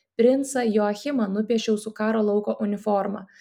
princą joachimą nupiešiau su karo lauko uniforma